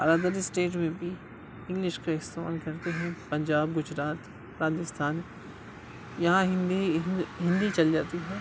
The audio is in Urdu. اور ادر اسٹیٹ میں بھی انگلش کا استعمال کرتے ہیں پنجاب گجرات راجستھان یہاں ہندی ہندی چل جاتی ہے